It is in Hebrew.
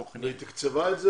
היא אימצה את העקרונות של התוכנית.